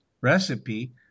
recipe